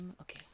Okay